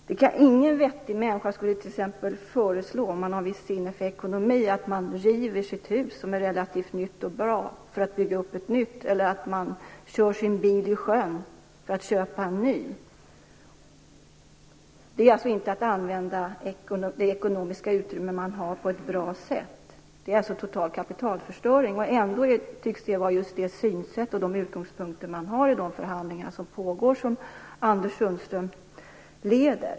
Ingen vettig människa som har ett visst sinne för ekonomi skulle t.ex. föreslå att man river sitt hus som är relativt nytt och bra för att bygga upp ett nytt eller att man kör ned sin bil i sjön för att köpa en ny. Det är inte att använda det ekonomiska utrymme man har på ett bra sätt. Det är total kapitalförstöring. Ändå tycks det vara det synsätt och de utgångspunkter man har i de pågående förhandlingar som Anders Sundström leder.